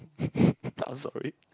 I'm sorry